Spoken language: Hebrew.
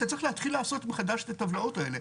אתה צריך לעשות מחדש את הטבלאות האלה.